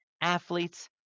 athletes